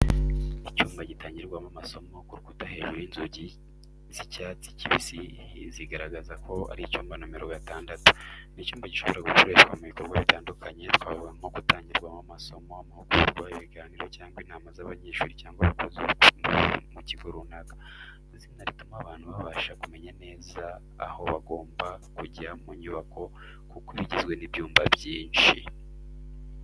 Icyumba gitangirwamo amasomo, ku rukuta hejuru y’inzugi z’icyatsi kibisi zigaragaza ko ari icyumba nomero gatandatu. Ni icyumba gishobora gukoreshwa mu bikorwa bitandukanye, twavuga nko gutangirwamo amasomo, amahugurwa, ibiganiro cyangwa inama z’abanyeshuri cyangwa abakozi mu kigo runaka. Izina rituma abantu babasha kumenya neza aho bagomba kujya mu nyubako kuko iba igizwe n’ibyumba byinshi.